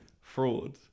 fraud